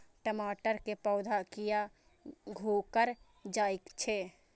टमाटर के पौधा किया घुकर जायछे?